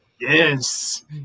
Yes